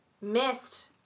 missed